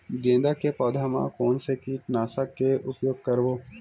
गेंदा के पौधा म कोन से कीटनाशक के उपयोग करबो?